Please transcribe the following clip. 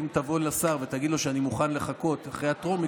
אם תבוא לשר ותגיד לו: אני מוכן לחכות אחרי הטרומית,